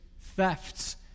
thefts